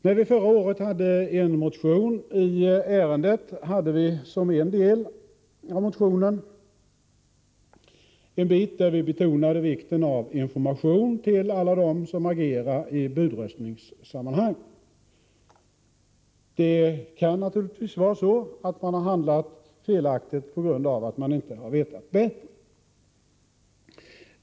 När vi förra året hade en motion i ärendet fanns i den en del som betonade vikten av information till alla dem som agerar i budröstningssammanhang. Det kan naturligtvis vara så att man handlat felaktigt på grund av att man inte vetat bättre.